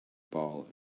ball